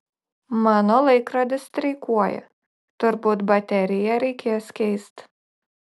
mano laikrodis streikuoja turbūt bateriją reikės keist